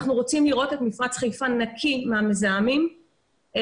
אנחנו רוצים לראות את מפרץ חיפה נקי מהמזהמים ולא